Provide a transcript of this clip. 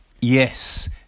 Yes